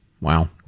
Wow